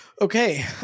okay